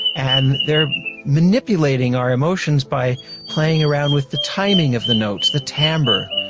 and they are manipulating our emotions by playing around with the timing of the notes, the timbre,